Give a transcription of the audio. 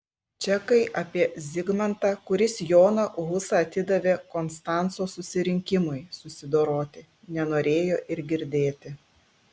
čekai apie zigmantą kuris joną husą atidavė konstanco susirinkimui susidoroti nenorėjo ir girdėti